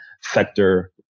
sector